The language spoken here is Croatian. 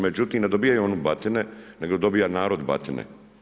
Međutim, ne dobivaju oni batine, nego dobiva narod batine.